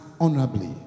honorably